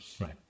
Right